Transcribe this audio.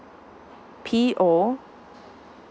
P O